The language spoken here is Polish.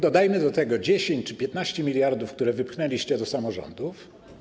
Dodajmy do tego 10 czy 15 mld, które wypchnęliście do samorządów.